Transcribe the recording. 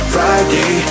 Friday